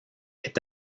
est